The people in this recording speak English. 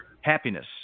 happiness